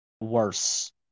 Worse